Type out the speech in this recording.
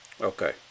Okay